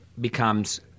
becomes